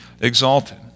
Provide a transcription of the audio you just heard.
exalted